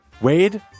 Wade